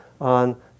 on